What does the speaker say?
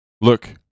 Look